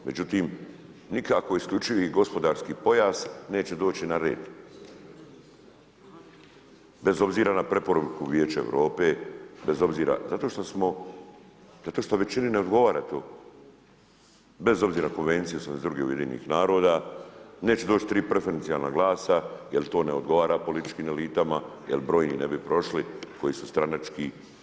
Međutim, nikako isključivi gospodarski pojas neće doći na red, bez obzira na preporuku Vijeća Europe, bez obzira, zato što smo, zato što većini ne odgovara to, bez obzira na konvenciju … UN-a, neće doći tri preferencijalna glasa jer to ne odgovara političkim elitama, jer brojni ne bi prošli koji su stranački.